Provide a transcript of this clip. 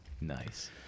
Nice